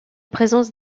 présence